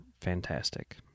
fantastic